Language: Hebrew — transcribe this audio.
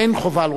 אין חובה על